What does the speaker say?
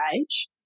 age